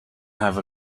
have